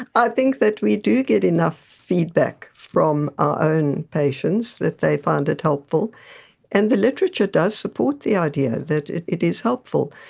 i think that we do get enough feedback from our own patients that they find it helpful and the literature does support the idea that it is helpful.